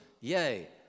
Yay